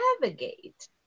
navigate